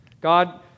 God